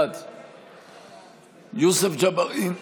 בעד יוסף ג'בארין,